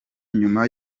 nyuma